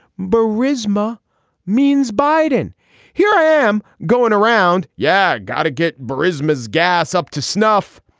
but prisma means biden here i am going around. yeah. gotta get baris mas gas up to snuff.